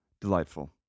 delightful